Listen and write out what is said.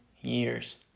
years